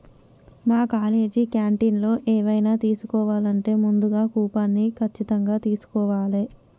మా కాలేజీ క్యాంటీన్లో ఎవైనా తీసుకోవాలంటే ముందుగా కూపన్ని ఖచ్చితంగా తీస్కోవాలే